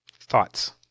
Thoughts